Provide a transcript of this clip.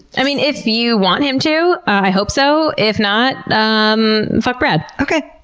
i mean if you want him to, i hope so. if not, um, fuck brad. okay.